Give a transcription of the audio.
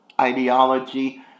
ideology